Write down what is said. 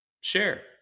share